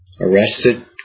arrested